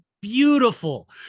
beautiful